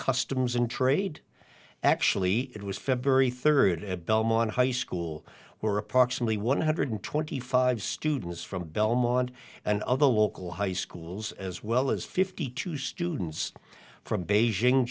customs and trade actually it was february third at belmont high school where approximately one hundred twenty five students from belmont and other local high schools as well as fifty two students from beijing